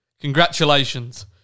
Congratulations